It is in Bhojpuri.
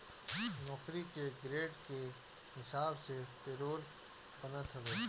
नौकरी के ग्रेड के हिसाब से पेरोल बनत हवे